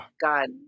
God